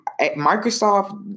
Microsoft